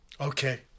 Okay